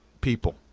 people